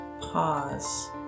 pause